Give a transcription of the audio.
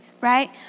right